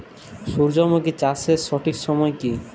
সূর্যমুখী চাষের সঠিক সময় কি?